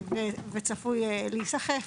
וצפוי להיסחף,